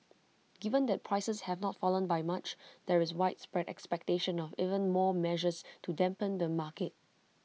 given that prices have not fallen by much there is widespread expectation of even more measures to dampen the market